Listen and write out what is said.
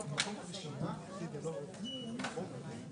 מעסקו או מעיסוקו במשלח ידו לצורך השגחה על הילד.